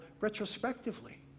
retrospectively